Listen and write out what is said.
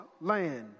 land